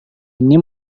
ini